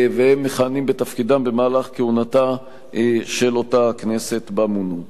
והם מכהנים בתפקידם במהלך כהונתה של אותה כנסת שבה מונו.